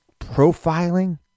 profiling